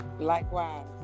Likewise